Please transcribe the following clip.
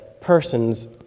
persons